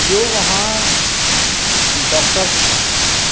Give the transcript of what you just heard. جو وہاں ڈاکٹرس ہیں